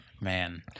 Man